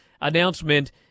announcement